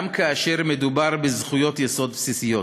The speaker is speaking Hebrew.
גם כאשר מדובר בזכויות יסוד בסיסיות.